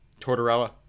Tortorella